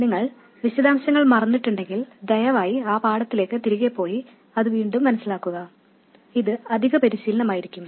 നിങ്ങൾ വിശദാംശങ്ങൾ മറന്നിട്ടുണ്ടെങ്കിൽ ദയവായി ആ പാഠത്തിലേക്ക് തിരികെ പോയി അത് വീണ്ടും മനസിലാക്കുക ഇത് അധിക പരിശീലനമായിരിക്കും